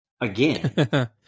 again